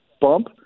bump